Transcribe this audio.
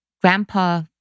grandpa